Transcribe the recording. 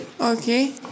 Okay